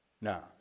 Now